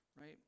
right